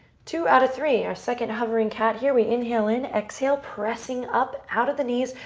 two out of three. our second hovering cat here. we inhale in, exhale, pressing up out of the knees.